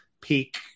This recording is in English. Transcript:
peak